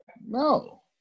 No